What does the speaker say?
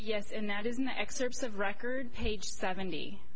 yes and that is in the excerpts of record page seventy